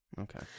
Okay